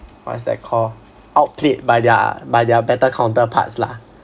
what is that called outplayed by their by their better counterparts lah